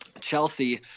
Chelsea